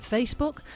Facebook